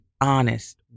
honest